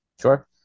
Sure